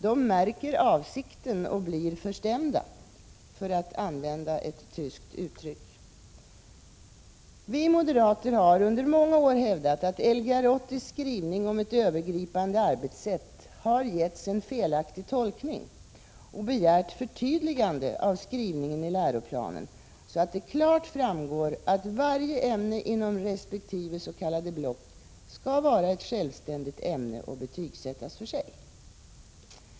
De märker avsikten och blir förstämda, för att använda ett tyskt uttryck. Vi moderater har under många år hävdat att Lgr 80:s skrivning om ett övergripande arbetssätt har getts en felaktig tolkning och därför begärt förtydligande av skrivningen i läroplanen, så att det klart framgår att varje ämne inom resp. s.k. block skall vara ett självständigt ämne och betygsättas för sig.